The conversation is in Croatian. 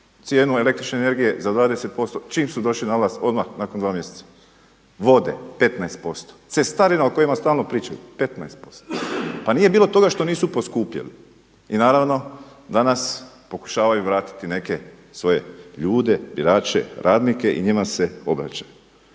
cijenu električne energije za 20% čim su došli na vlast odmah nakon 2 mjeseca, vode 15%, cestarina o kojima stalno pričaju 15%. Pa nije bilo toga što nisu poskupjeli. I naravno danas pokušavaju vratiti neke svoje ljude, birače, radnike i njima se obraćaju.